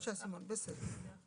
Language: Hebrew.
בסדר.